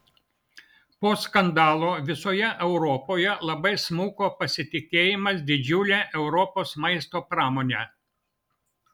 po skandalo visoje europoje labai smuko pasitikėjimas didžiule europos maisto pramone